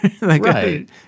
Right